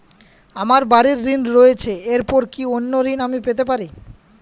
আমার বাড়ীর ঋণ রয়েছে এরপর কি অন্য ঋণ আমি পেতে পারি?